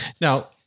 Now